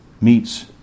meets